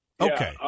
Okay